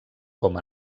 com